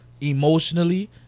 emotionally